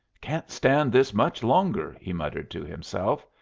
can't stand this much longer! he muttered to himself,